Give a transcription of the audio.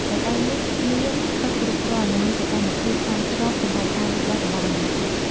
រដូវនេះមានទឹកគ្រប់គ្រាន់ និងមានសីតុណ្ហភាពសមស្របសម្រាប់ការលូតលាស់របស់បន្លែ។